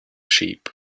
sheep